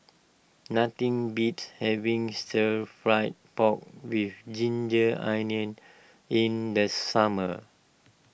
nothing beats having Stir Fried Pork with Ginger Onions in this summer